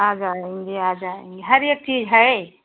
आ जाएँगे आ जाएँगे हर एक चीज़ है